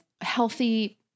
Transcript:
healthy